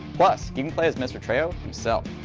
plus you can play as mr. trejo himself.